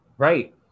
Right